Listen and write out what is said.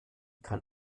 kann